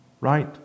Right